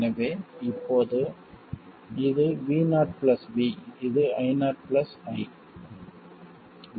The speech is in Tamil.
எனவே இப்போது இது V0 v இது I0 i